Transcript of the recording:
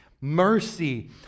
mercy